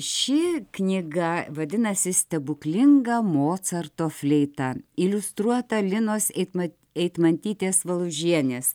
ši knyga vadinasi stebuklinga mocarto fleita iliustruota linos eitmat eitmantytės valužienės